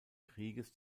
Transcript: krieges